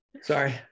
sorry